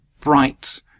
bright